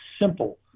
simple